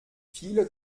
viele